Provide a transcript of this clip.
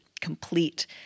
complete